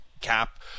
cap